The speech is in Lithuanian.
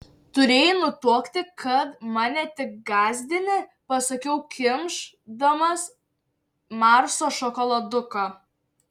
turėjai nutuokti kad mane tik gąsdini pasakiau kimš damas marso šokoladuką